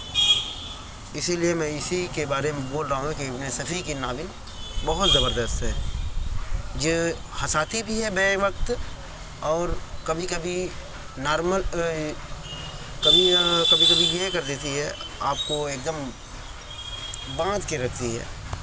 اسی لیے میں اسی کے بارے میں بول رہا ہوں کہ ابن صفی کی ناول بہت زبردست ہے جو ہنساتی بھی ہے بیک وقت اور کبھی کبھی نارمل کبھی کبھی کبھی یہ کر دیتی ہے آپ کو ایک دم باندھ کے رکھتی ہے